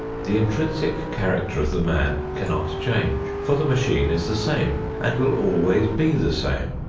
the intrinsic character of the man cannot change, for the machine is the same and will always be the same,